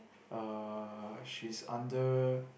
uh she's under